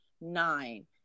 Nine